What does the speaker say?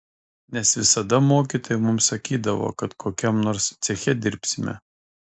nes visada mokytojai mums sakydavo kad kokiam nors ceche dirbsime